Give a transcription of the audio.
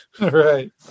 Right